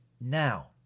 Now